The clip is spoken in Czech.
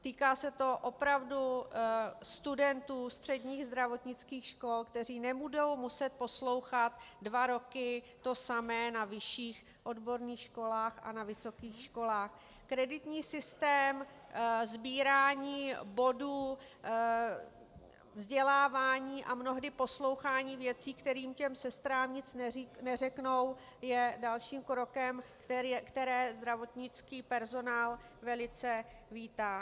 Týká se to opravdu studentů středních zdravotnických škol, kteří nebudou muset poslouchat dva roky to samé na vyšších odborných školách a na vysokých školách kreditní systém, sbírání bodů, vzdělávání a mnohdy poslouchání věcí, které těm sestrám nic neřeknou, je dalším krokem, které zdravotnický personál velice vítá.